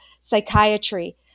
psychiatry